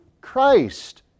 Christ